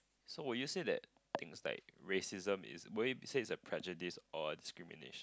so will you say that things like racism is will you say is a prejudice or discrimination